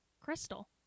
crystal